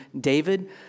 David